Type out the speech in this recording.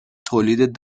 تولید